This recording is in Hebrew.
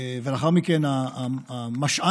ולאחר מכן המשא"נים,